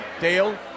Dale